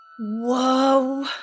Whoa